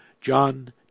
John